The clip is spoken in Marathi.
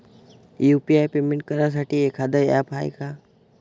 यू.पी.आय पेमेंट करासाठी एखांद ॲप हाय का?